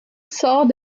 sort